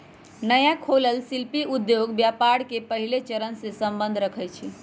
नया खोलल शिल्पि उद्योग व्यापार के पहिल चरणसे सम्बंध रखइ छै